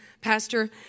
Pastor